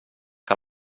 que